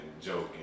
joking